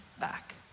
back